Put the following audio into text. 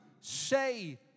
say